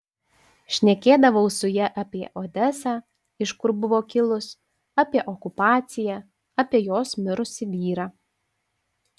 šnekėdavau su ja apie odesą iš kur buvo kilus apie okupaciją apie jos mirusį vyrą